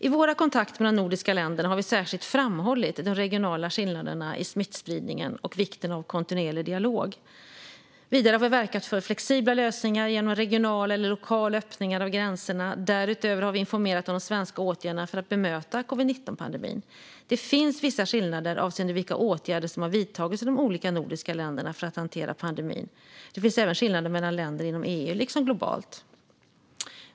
I våra kontakter med de nordiska länderna har vi särskilt framhållit de regionala skillnaderna i smittspridningen och vikten av kontinuerlig dialog. Vidare har vi verkat för flexibla lösningar genom regionala eller lokala öppningar av gränserna. Därutöver har vi informerat om de svenska åtgärderna för att bemöta covid-19-pandemin. Det finns vissa skillnader avseende vilka åtgärder som har vidtagits i de olika nordiska länderna för att hantera pandemin. Det finns även skillnader mellan länder inom EU liksom globalt.